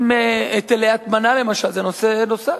היטלי הטמנה למשל זה נושא נוסף,